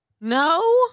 No